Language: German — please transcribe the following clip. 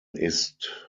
ist